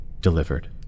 Delivered